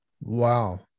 Wow